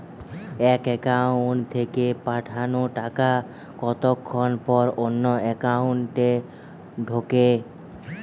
এক একাউন্ট থেকে পাঠানো টাকা কতক্ষন পর অন্য একাউন্টে ঢোকে?